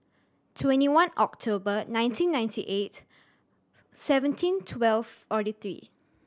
twenty one October nineteen ninety eight seventeen twelve forty three